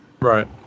Right